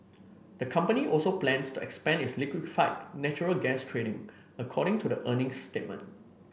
the company also plans to expand its liquefied natural gas trading according to the earnings statement